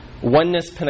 Oneness